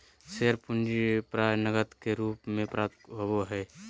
share पूंजी प्राय नकद के रूप में प्राप्त होबो हइ